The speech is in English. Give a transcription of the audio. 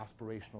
aspirational